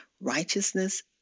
righteousness